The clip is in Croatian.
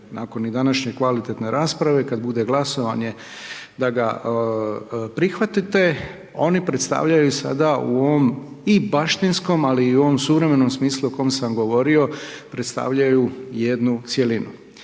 nakon i današnje kvalitetne rasprave, kad bude glasovanje, da ga prihvatite. Oni predstavljaju sada u ovom i baštinskom, ali i u ovom suvremenom smislu u kojem sam govorio, predstavljaju jednu cjelinu.